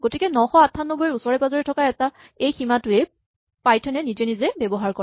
গতিকে ৯৯৮ ৰ ওচৰে পাজৰে থকা এই সীমাটো পাইথন এ নিজে নিজে ব্যৱহাৰ কৰে